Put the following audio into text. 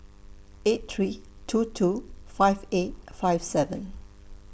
eight three two two five eight five seven